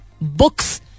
books